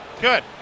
Good